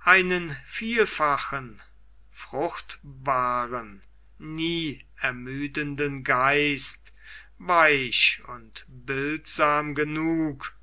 einen vielfachen fruchtbaren nie ermüdenden geist weich und bildsam genug